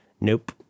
Nope